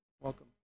Welcome